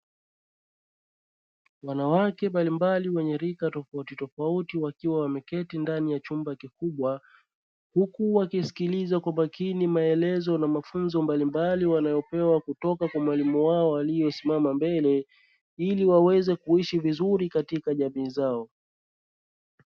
Wanawake mbalimbali wenye rika tofautitofauti wakiwa wameketi ndani ya chumba kikubwa, huku wakisikiliza kwa makini maelezo na mafunzo mbalimbali, wanayopewa kutoka kwa mwalimu wao aliyesimama mbele ili waweze kuishi vizuri katika jamii yao.